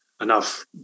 enough